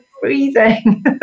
freezing